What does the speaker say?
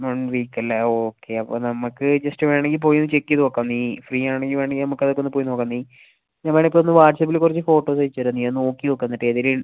one week അല്ലേ okay അപ്പം നമുക്ക് ജസ്റ്റ് വേണമെങ്കിൽ പോയി ഒന്ന് ചെക്ക് ചെയ്ത് നോക്കാം നീ ഫ്രീ ആണെങ്കിൽ വേണമെങ്കിൽ അതൊക്കെ ഒന്ന് പോയി നോക്കാം നീ വേണമെങ്കിൽ ഇപ്പം ഒന്ന് വാട്ട്സ്ആപ്പിൽ കുറച്ച് ഫോട്ടോസ് അയച്ചുതരാം നീ അത് നോക്കി നോക്ക് എന്നിട്ട് എതെങ്കിലും